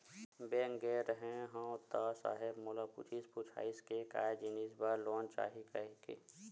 Bank गे रेहे हंव ता साहेब मोला पूछिस पुछाइस के काय जिनिस बर लोन चाही कहिके?